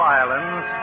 islands